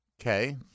Okay